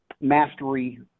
mastery